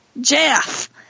Jeff